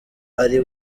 ari